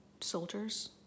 Soldiers